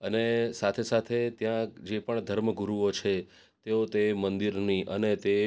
અને સાથે સાથે ત્યાં જે પણ ધર્મગુરુઓ છે તેઓ તે મંદિરની અને તે